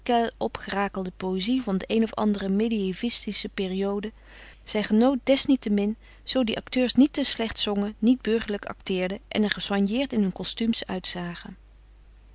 quel opgerakelde poëzie van de een of andere mediaevistische periode zij genoot desniettemin zoo die acteurs niet te slecht zongen niet burgerlijk acteerden en er gesoigneerd in hun kostumes uitzagen